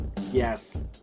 Yes